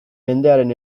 mendearen